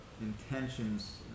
intentions